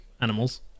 animals